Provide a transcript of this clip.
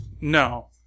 no